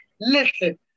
listen